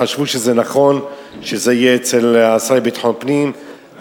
חשבו שזה נכון שזה יהיה אצל השר לביטחון פנים,